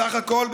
סך הכול,